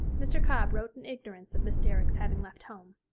mr. cobb wrote in ignorance of miss derrick's having left home.